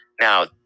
Now